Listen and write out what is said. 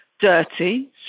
Dirty